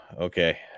Okay